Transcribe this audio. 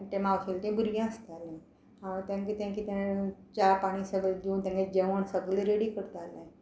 तें मावशेले तें भुरगीं आसतालीं हांव तांकां ते कितें च्या पाणी सगळे दिवन तांकां जेवण सगले रेडी करतालें